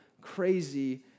crazy